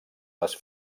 les